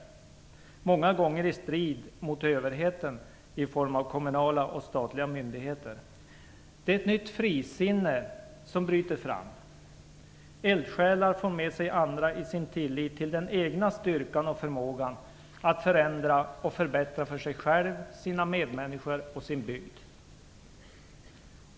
Detta sker många gånger i strid mot överheten i form av kommunala och statliga myndigheter. Det är ett nytt frisinne som bryter fram. Eldsjälar får med sig andra i sin tillit till den egna styrkan och förmågan att förändra och förbättra för sig själv, sina medmänniskor och sin bygd.